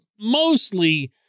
mostly